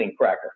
cracker